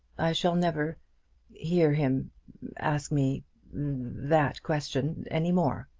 shall never hear him ask me that question any more.